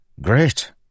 Great